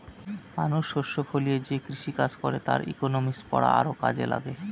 মানুষ শস্য ফলিয়ে যে কৃষিকাজ করে তার ইকনমিক্স পড়া আরও কাজে লাগে